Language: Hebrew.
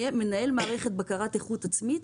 מנהל מערכת בקרת איכות עצמית,